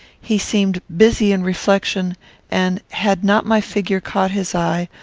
he seemed busy in reflection and, had not my figure caught his eye,